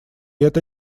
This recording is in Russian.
это